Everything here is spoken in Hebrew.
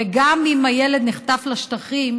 ואם הילד נחטף לשטחים,